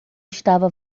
estava